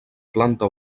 planta